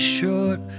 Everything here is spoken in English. Short